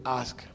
ask